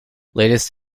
latest